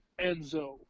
Enzo